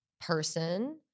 person